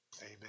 amen